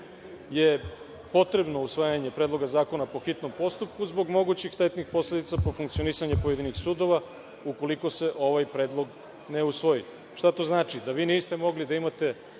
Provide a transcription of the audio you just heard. je potrebno usvajanje Predloga zakona po hitnom postupku zbog mogućih štetnih posledica po funkcionisanje pojedinih sudova, ukoliko se ovaj predlog ne usvoji. Šta to znači? Da vi niste mogli da imate